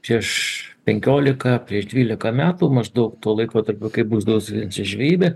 prieš penkiolika prieš dvylika metų maždaug tuo laikotarpiu kai